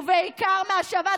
ובעיקר מהשבת,